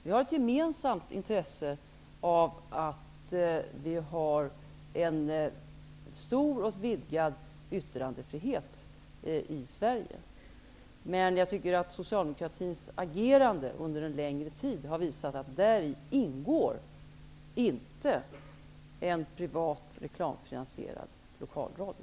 Vi har ett gemensamt intresse av en stor och vidgad yttrandefrihet i Sverige, men jag tycker att Socialdemokratins agerande under en längre tid har visat att däri ingår inte en privat, reklamfinansierad lokalradio.